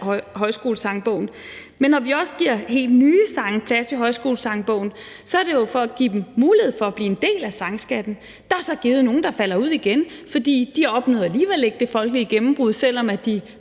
Højskolesangbogen, men til helt nye sange i Højskolesangbogen, og så er det jo for at give dem mulighed for at blive en del af sangskatten. Der er så givet nogle, der falder ud igen, fordi de alligevel ikke opnåede det folkelige gennembrud, selv om de